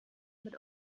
mit